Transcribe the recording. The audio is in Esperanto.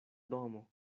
domo